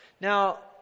Now